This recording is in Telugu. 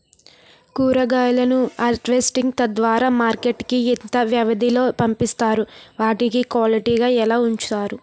కూరగాయలను హార్వెస్టింగ్ తర్వాత మార్కెట్ కి ఇంత వ్యవది లొ పంపిస్తారు? వాటిని క్వాలిటీ గా ఎలా వుంచుతారు?